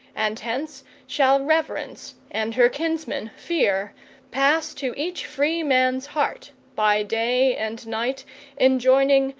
and hence shall reverence and her kinsman fear pass to each free man's heart, by day and night enjoining,